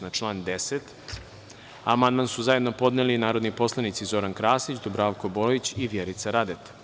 Na član 10. amandman su zajedno podneli narodni poslanici Zoran Krasić, Dubravko Bojić i Vjerica Radeta.